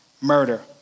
murder